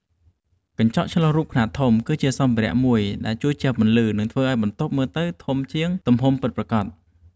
កញ្ចក់ឆ្លុះរូបខ្នាតធំ គឺជាសម្ភារៈមួយដែលជួយជះពន្លឺ និងធ្វើឱ្យបន្ទប់មើលទៅធំជាងទំហំពិតប្រាកដ។